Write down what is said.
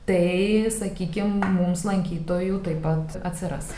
tai sakykim mums lankytojų taip pat atsiras